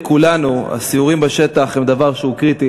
לכולנו: הסיורים בשטח הם דבר שהוא קריטי